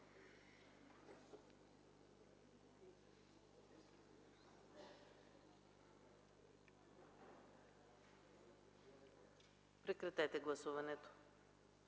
Прекратете гласуването,